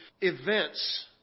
events